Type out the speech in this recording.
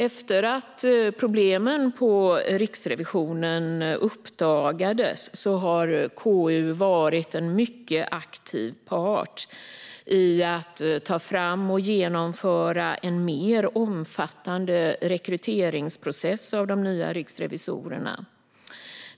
Efter att problemen i Riksrevisionen uppdagades har KU varit en mycket aktiv part i fråga om att ta fram och genomföra en mer omfattande rekryteringsprocess av de nya riksrevisorerna.